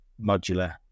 modular